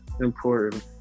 important